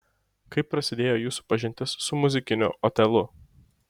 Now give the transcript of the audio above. kaip prasidėjo jūsų pažintis su muzikiniu otelu